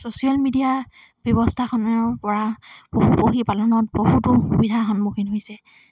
social media ব্যৱস্থাখনৰ পৰা পশু পক্ষী পালনত বহুতো সুবিধা সন্মুখীন হৈছে